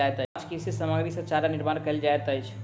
काँच कृषि सामग्री सॅ चारा निर्माण कयल जाइत अछि